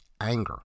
anger